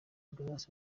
gace